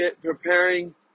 preparing